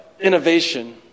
innovation